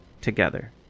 together